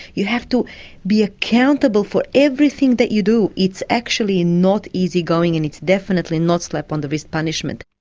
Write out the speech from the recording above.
you have to be accountable for everything that you do. it's actually not easy going and it's definitely not slap on the wrist punishment.